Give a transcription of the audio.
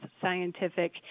scientific